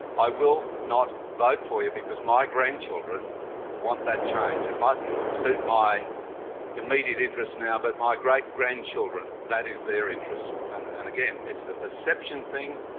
i will not vote for you because my grandchildren want that change. it mightn't suit my immediate interests now but my great-grandchildren, that is their interest. and and again, this is a perception thing,